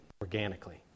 organically